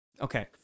Okay